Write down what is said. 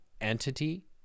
entity